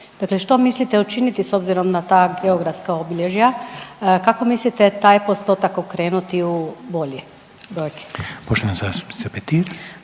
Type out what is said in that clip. Dakle, što mislite učiniti s obzirom na ta geografska obilježja, kako mislite taj postotak okrenuti u bolje brojke? **Reiner, Željko